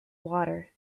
water